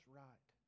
right